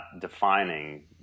defining